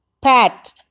pat